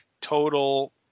total